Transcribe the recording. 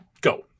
Go